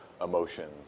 emotion